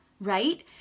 Right